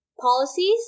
policies